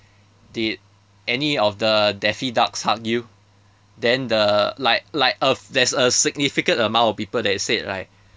did any of the daffy ducks hug you then the like like a there's a significant amount of people that said like